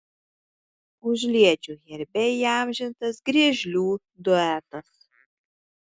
užliedžių herbe įamžintas griežlių duetas